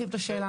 כיסוי.